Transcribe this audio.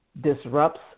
disrupts